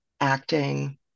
acting